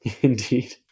Indeed